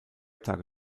tage